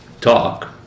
talk